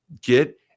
get